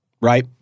right